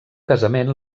casament